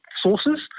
sources